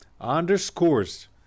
underscores